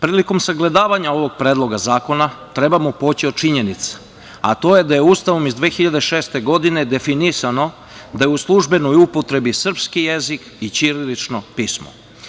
Prilikom sagledavanja ovog Predloga zakona trebamo poći od činjenica, a a to je da je Ustavom iz 2006. godine definisano da je u službenoj upotrebi srpski jezik i ćirilično pismo.